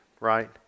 right